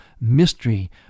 mystery